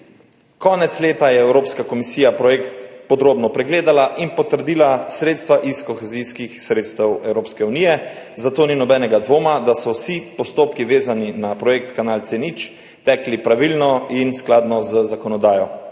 Konec leta je Evropska komisija projekt podrobno pregledala in potrdila sredstva iz kohezijskih sredstev Evropske unije, zato ni nobenega dvoma, da so vsi postopki, vezani na projekt kanal C0, tekli pravilno in skladno z zakonodajo.